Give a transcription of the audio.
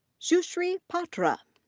sushree patra.